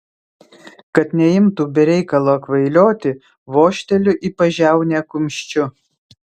kad neimtų be reikalo kvailioti vožteliu į pažiaunę kumščiu